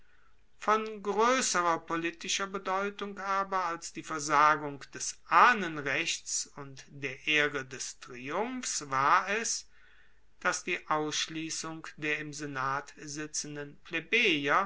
von groesserer politischer bedeutung aber als die versagung des ahnenrechts und der ehre des triumphs war es dass die ausschliessung der im senat sitzenden